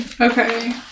Okay